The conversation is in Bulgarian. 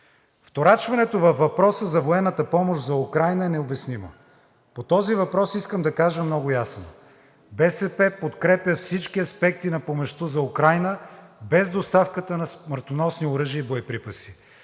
Вторачването във въпроса за военната помощ за Украйна е необяснимо. По този въпрос искам да кажа много ясно: БСП подкрепя всички аспекти на помощта за Украйна без доставката на смъртоносни оръжия и боеприпаси.